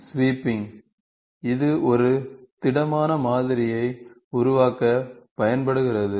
sweeping இது ஒரு திடமான மாதிரியை உருவாக்க பயன்படுகிறது